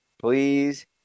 Please